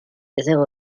zéro